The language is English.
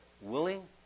willing